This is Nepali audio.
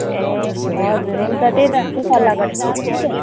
ए हजुर हुन्छ त्यही त सल्लाह गर्दैथ्यो कि